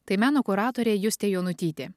tai meno kuratorė justė jonutytė